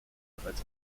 bereits